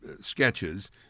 sketches